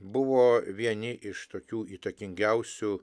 buvo vieni iš tokių įtakingiausių